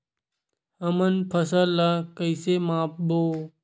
हमन फसल ला कइसे माप बो?